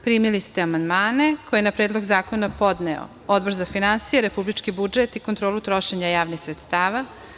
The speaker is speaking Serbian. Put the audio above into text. Primili ste amandmane koje je na Predlog zakona podneo Odbor za finansije, republički budžet i kontrolu trošenja javnih sredstava.